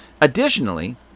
Additionally